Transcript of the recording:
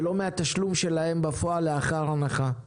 ולא מהתשלום שלהם בפועל לאחר ההנחה.